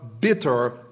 bitter